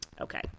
Okay